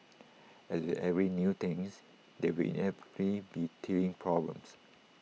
as with every new things there will inevitably be teething problems